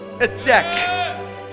attack